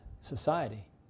society